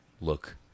look